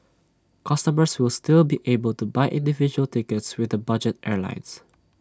customers will still be able to buy individual tickets with the budget airlines